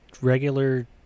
regular